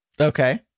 Okay